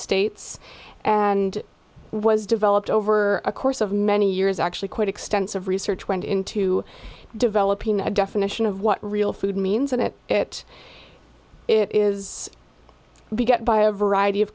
states and was developed over a course of many years actually quite extensive research went into developing a definition of what real food means and it it it is we get by a variety of